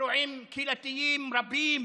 אירועים קהילתיים רבים